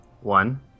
one